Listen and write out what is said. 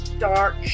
Dark